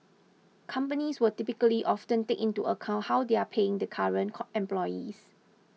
companies will typically also take into account how they are paying the current employees